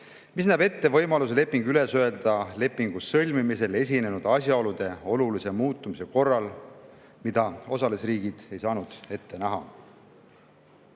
mis näeb ette võimaluse leping üles öelda lepingu sõlmimisel esinenud asjaolude olulise muutumise korral, mida osalisriigid ei saanud ette näha.